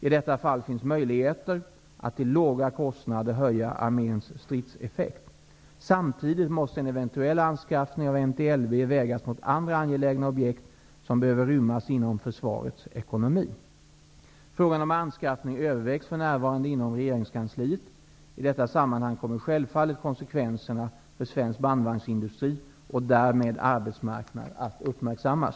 I detta fall finns möjligheter att till låga kostnader höja arméns stridseffekt. Samtidigt måste en eventuell anskaffning av MT-LB vägas mot andra angelägna objekt som behöver rymmas inom försvarets ekonomi. Frågan om anskaffning övervägs för närvarande inom regeringskansliet. I detta sammanhang kommer självfallet konsekvenserna för svensk bandvagnsindustri och därmed arbetsmarknad att uppmärksammas.